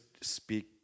speak